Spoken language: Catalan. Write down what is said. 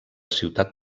ciutat